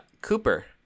Cooper